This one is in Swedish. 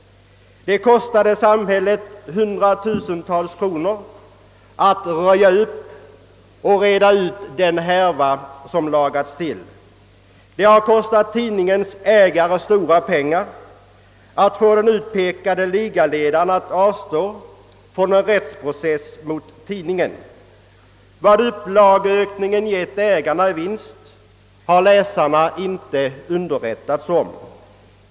Det kostade samhället hundratusentals kronor att röja upp och reda ut den härva som lagats till, och det har kostat tidningens ägare mycket pengar att få den utpekade ligaledaren att avstå från en rättsprocess mot tidningen. Vad upplageökningen gett ägarna i vinst har läsarna inte underrättats om.